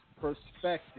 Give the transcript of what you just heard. perspective